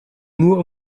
nur